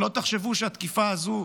שלא תחשבו שהתקיפה הזו,